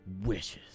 wishes